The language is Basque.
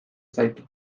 zait